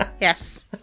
Yes